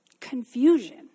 confusion